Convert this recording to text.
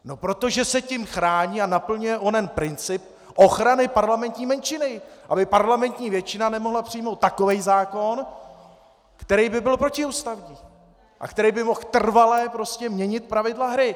No protože se tím chrání a naplňuje onen princip ochrany parlamentní menšiny, aby parlamentní většina nemohla přijmout takový zákon, který by byl protiústavní a který by mohl trvale měnit pravidla hry!